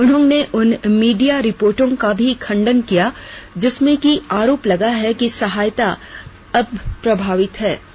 उन्होंने उन मीडिया रिपोर्टों का भी खंडन किया जिनमें आरोप लगाया है कि सहायता अब भी प्रभावित थी